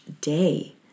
day